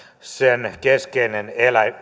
sen keskeinen